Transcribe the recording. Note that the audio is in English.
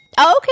Okay